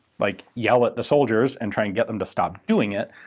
like, yell at the soldiers and try and get them to stop doing it,